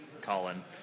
Colin